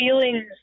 feelings